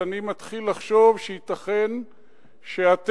אז אני מתחיל לחשוב שייתכן שאתם,